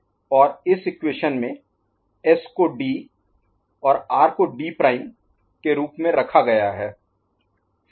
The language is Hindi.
Qn1 S R'Qn Consider S D R D' Then Qn1 D D"Qn D DQn D1 Qn D1 D और इस इक्वेशन में S को D और R को D प्राइम D' के रूप में रखा गया है